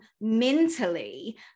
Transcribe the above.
mentally